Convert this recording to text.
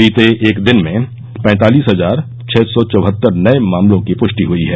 बीते एक दिन में पैंतालीस हजार छह सौ चौहत्तर नए मामलों की पुष्टि हुई है